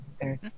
Third